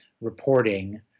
reporting